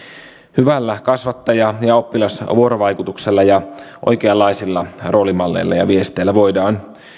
hyvällä kasvattaja oppilas vuorovaikutuksella ja oikeanlaisilla roolimalleilla ja viesteillä voidaan